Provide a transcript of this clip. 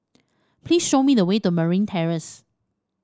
please show me the way to Marine Terrace